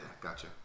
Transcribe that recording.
Gotcha